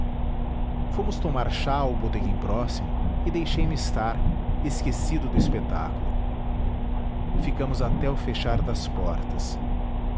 fomos tomar chá ao botequim próximo e deixei-me estar esquecido do espetáculo ficamos até o fechar das portas